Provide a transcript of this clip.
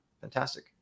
fantastic